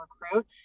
recruit